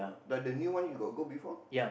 but the new one you got go before